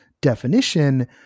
definition